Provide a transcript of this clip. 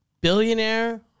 billionaire